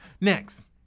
Next